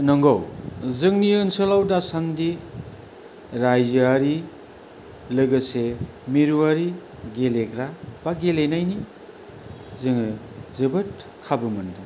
नोंगौ जोंनि ओनसोलाव दासान्दि राइजोआरि लोगोसे मिरुवारि गेलेग्रा बा गेलेनायनि जोङो जोबोद खाबु मोनो